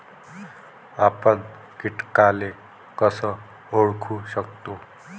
आपन कीटकाले कस ओळखू शकतो?